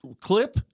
clip